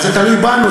זה תלוי בנו.